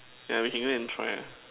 yeah we can go and try ah